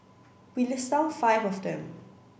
we list down five of them